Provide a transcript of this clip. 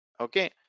Okay